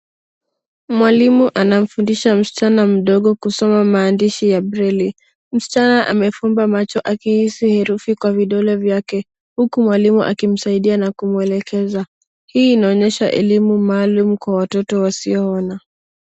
Mwalimu anamfundisha msichana mdogo kusoma maandishi ya breli. Msichana amefumba macho akihisi herufi kwa vidole vyake huku mwalimu akaimsaidia na kumwelekeza. Hii inaonyesha elimu maalum kwa watoto wasioona.